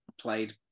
played